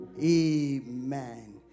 amen